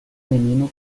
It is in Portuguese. menino